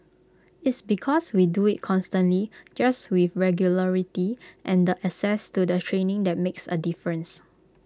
its because we do IT constantly just with regularity and the access to the training that makes A difference